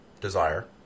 desire